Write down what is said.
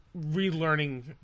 relearning